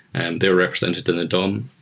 and they're represented in a dom,